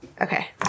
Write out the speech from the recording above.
Okay